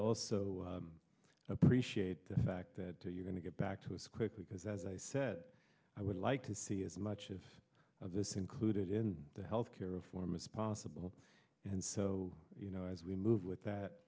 also appreciate the fact that you're going to get back to us quickly because as i said i would like to see as much of this included in the health care reform as possible and so you know as we move with that